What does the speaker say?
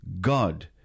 God